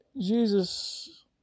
Jesus